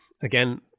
again